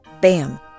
bam